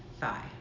thigh